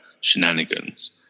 shenanigans